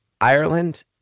Ireland